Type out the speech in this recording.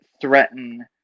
threaten